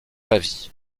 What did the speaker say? pavie